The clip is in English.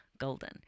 golden